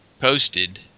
posted